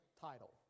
title